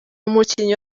umukinnyi